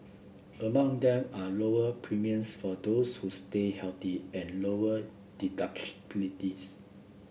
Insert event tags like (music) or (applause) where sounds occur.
among them are lower premiums for those who stay healthy and lower (unintelligible)